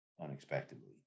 Unexpectedly